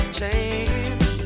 change